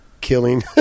killing